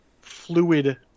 fluid